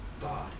God